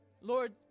Lord